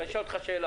אני אשאל אותך שאלה